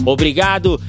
Obrigado